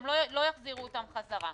הם לא יחזירו אותם חזרה.